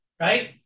right